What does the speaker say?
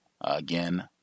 again